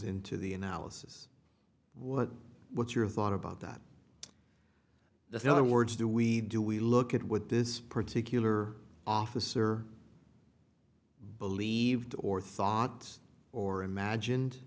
into the analysis what what's your thought about that the other words do we do we look at what this particular officer believed or thoughts or imagined